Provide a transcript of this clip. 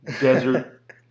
desert